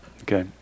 okay